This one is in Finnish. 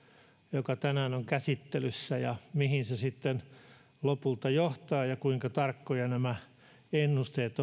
joka tänään on käsittelyssä ja mihin se sitten lopulta johtaa ja kuinka tarkkoja ovat nämä ennusteet